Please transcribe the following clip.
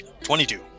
Twenty-two